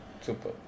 super